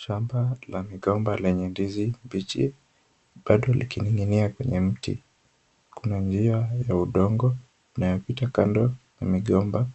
Shamba la migomba lenye ndizi mbichi bado likining'inia kwenye mti. Kuna njia ya udongo inayopita kando ya migomba